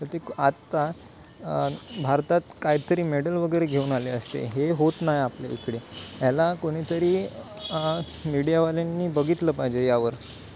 तर ते आत्ता भारतात कायतरी मेडल वगैरे घेऊन आले असते हे होत नाही आपल्या इकडे ह्याला कोणीतरी मीडियावाल्यांनी बघितलं पाहिजे यावर